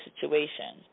situation